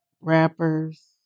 Rappers